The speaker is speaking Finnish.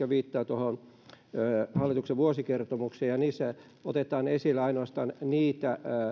viittaavat tuohon hallituksen vuosikertomukseen ovat suhteellisen lyhyitä lausuntoja ja niissä otetaan esille ainoastaan niitä